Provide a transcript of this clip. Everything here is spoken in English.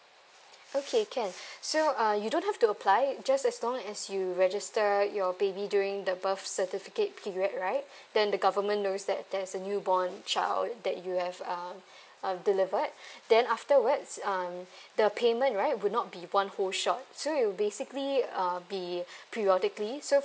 okay can so uh you don't have to apply just as long as you register your baby during the birth certificate period right then the government knows that there's a new born child that you have um um delivered then afterwards um the payment right would not be one whole shot so it will basically um be periodically so